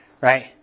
right